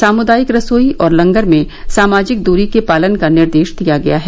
सामुदायिक रसोई और लंगर में सामाजिक दूरी के पालन का निर्देश दिया गया है